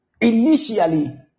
initially